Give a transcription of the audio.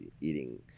eating